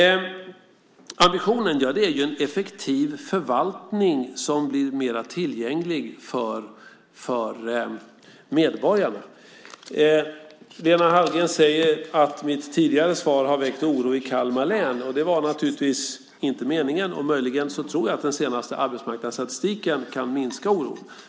Ambitionen är en effektiv förvaltning som blir mera tillgänglig för medborgarna. Lena Hallengren säger att ett tidigare svar från mig har väckt oro i Kalmar län, och det var naturligtvis inte meningen. Möjligen tror jag att den senaste arbetsmarknadsstatistiken kan minska oron.